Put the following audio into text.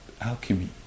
alchemy